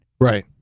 right